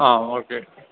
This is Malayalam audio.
ആ ഓക്കെ